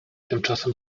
tymczasem